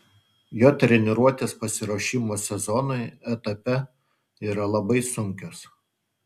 jo treniruotės pasiruošimo sezonui etape yra labai sunkios